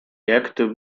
يكتب